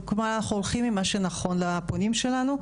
אנחנו הולכים עם מה שנכון לפונים שלנו.